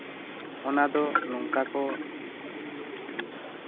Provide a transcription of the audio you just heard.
ᱚᱱᱟ ᱫᱚ ᱱᱚᱝᱠᱟ ᱠᱚ